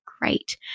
great